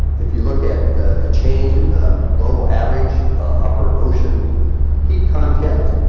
if you look at the the change in the global average, upper ocean heat content,